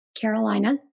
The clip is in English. Carolina